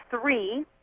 three